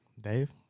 Dave